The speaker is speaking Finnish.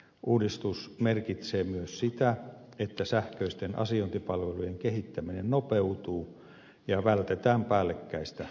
uudistus merkitsee myös sitä että sähköisten asiointipalvelujen kehittäminen nopeutuu ja vältetään päällekkäistä kehittämistyötä